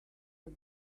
for